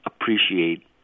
appreciate